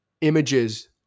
images